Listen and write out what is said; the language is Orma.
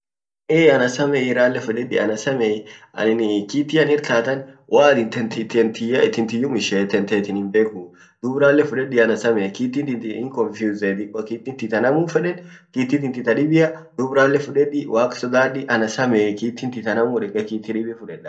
nasamei rale fudedi anin kiti annin ir taa tan woanin tenti tenti tentiyan tiyyum ishee tentetin himbekuu dub ralle fudedi anasamei kiti tinti anin hin konfiuzee wo kitinti tanamu kitin tinti dadibbia dub rale fudedi waq sodhadi anasamei kitinti tanamu deke kiti tadibi fudeda.